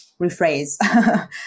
rephrase